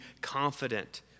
confident